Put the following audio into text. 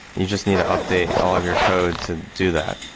you just need to update all of your code to do that.